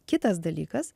kitas dalykas